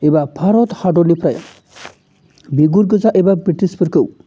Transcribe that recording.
एबा भारत हादरनिफ्राय बिगुर गोजा एबा ब्रिटिशफोरखौ